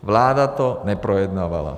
Vláda to neprojednávala.